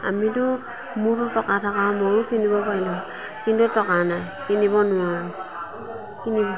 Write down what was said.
আমিতো মোৰতো টকা থকাহেঁতেন মইতো পিন্ধিব পাৰিলোঁহেতেন কিন্তু টকা নাই কিনিব নোৱাৰোঁ